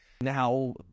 Now